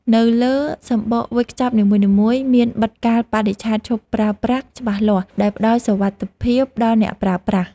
នៅលើសំបកវេចខ្ចប់នីមួយៗមានបិទកាលបរិច្ឆេទឈប់ប្រើប្រាស់ច្បាស់លាស់ដែលផ្ដល់សុវត្ថិភាពដល់អ្នកប្រើប្រាស់។